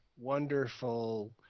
wonderful